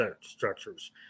structures